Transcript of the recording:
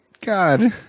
God